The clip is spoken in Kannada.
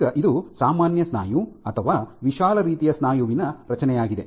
ಈಗ ಇದು ಸಾಮಾನ್ಯ ಸ್ನಾಯು ಅಥವಾ ವಿಶಾಲ ರೀತಿಯ ಸ್ನಾಯುವಿನ ರಚನೆಯಾಗಿದೆ